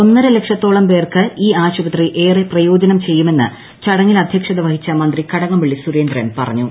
ഒന്നര ലക്ഷത്തോളം വരുന്ന ജനങ്ങൾക്ക് ഈ ആശുപത്രി ഏറെ പ്രയ്യോജനം ചെയ്യുമെന്ന് ചടങ്ങിൽ അധ്യക്ഷത വഹിച്ച മന്ത്രി കൂട്ടക്ട്പള്ളി സുരേന്ദ്രൻ പറഞ്ഞു